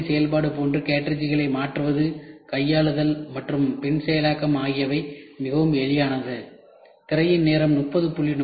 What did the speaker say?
அச்சுப்பொறி செயல்பாடு போன்று கேற்றிட்ஜ்களை மாற்றுவதுகையாளுதல் மற்றும் பின் செயலாக்கம் ஆகியவை மிகவும் எளிதானது